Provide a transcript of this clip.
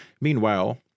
Meanwhile